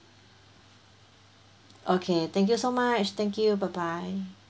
okay thank you so much thank you bye bye